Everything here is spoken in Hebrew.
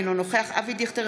אינו נוכח אבי דיכטר,